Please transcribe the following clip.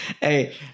Hey